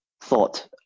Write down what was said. thought